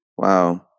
Wow